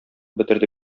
бетерде